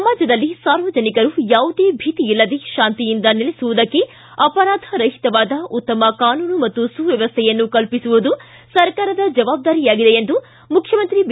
ಸಮಾಜದಲ್ಲಿ ಸಾರ್ವಜನಿಕರು ಯಾವುದೇ ಭೀತಿಯಿಲ್ಲದೇ ಶಾಂತಿಯಿಂದ ನೆಲೆಸುವುದಕ್ಕೆ ಅಪರಾಧ ರಹಿತವಾದ ಉತ್ತಮ ಕಾನೂನು ಮತ್ತು ಸುವ್ಧವಸ್ಥೆಯನ್ನು ಕಲ್ಪಿಸುವುದು ಸರ್ಕಾರದ ಜವಬ್ದಾರಿಯಾಗಿದೆ ಎಂದು ಮುಖ್ಯಮಂತ್ರಿ ಬಿ